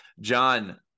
John